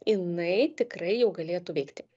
jinai tikrai jau galėtų veikti